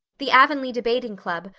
the avonlea debating club,